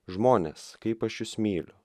žmonės kaip aš jus myliu